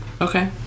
Okay